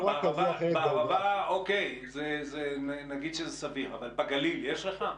בערבה נגיד שזה סביר, אבל בגליל יש לך?